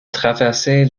traversait